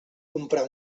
comprar